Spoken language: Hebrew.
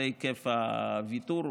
זה היקף הוויתור.